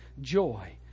joy